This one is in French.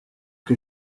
que